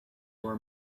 were